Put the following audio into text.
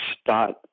start